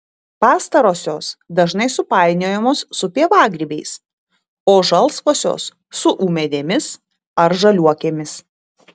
pastarosios dažnai supainiojamos su pievagrybiais o žalsvosios su ūmėdėmis ar žaliuokėmis